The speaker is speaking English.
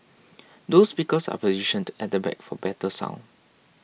dual speakers are positioned at the back for better sound